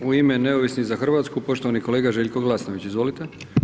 U ime Neovisnih za Hrvatsku, poštovani kolega Željko Glasnović, izvolite.